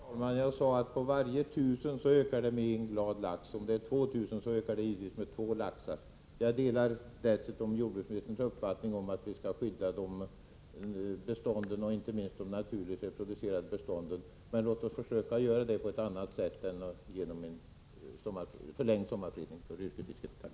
Herr talman! Jag sade att för varje tusental ökar det med en glad lax. Om det rör sig om 2 000 ökar antalet givetvis med två laxar. Jag delar jordbruksministerns uppfattning att vi skall skydda bestånden, inte minst de naturligt reproducerade bestånden. Men låt oss försöka göra det på annat sätt än genom förlängd sommarfredning som drabbar yrkesfisket.